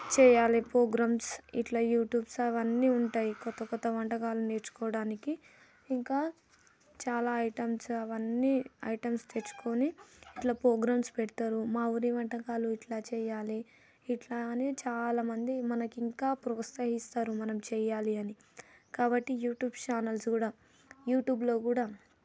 చేయాలి ప్రోగ్రామ్స్ ఇట్లా యూట్యూబ్స్ అవన్నీ ఉంటాయి కొత్త కొత్త వంటకాలు నేర్చుకోవడానికి ఇంకా చాలా ఐటమ్స్ అవన్నీ ఐటమ్స్ తెచ్చుకొని ఇట్లా ప్రోగ్రామ్స్ పెడతారు మా ఊరి వంటకాలు ఇట్లా చేయాలి ఇట్లా అని చాలామంది మనకు ఇంకా ప్రోత్సహిస్తారు మనం చేయాలి అని కాబట్టి యూట్యూబ్ చానల్స్ కూడా యూట్యూబ్లో కూడా